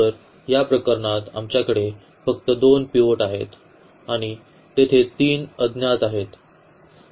तर या प्रकरणात आमच्याकडे फक्त दोन पिव्होट आहेत आणि तेथे तीन अज्ञात आहेत